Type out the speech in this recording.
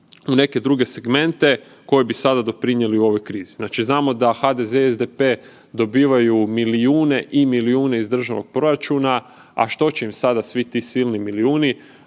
u neke druge segmente koji bi sada doprinijeli u ovoj krizi. Znači znamo da HDZ i SDP dobivaju milijune i milijune iz državnog proračuna, a što će im sada svi ti silni milijuni,